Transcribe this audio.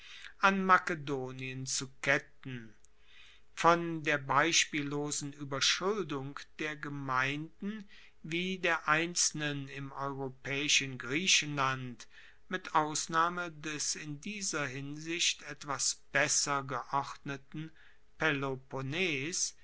an makedonien zu ketten von der beispiellosen ueberschuldung der gemeinden wie der einzelnen im europaeischen griechenland mit ausnahme des in dieser hinsicht etwas besser geordneten peloponnes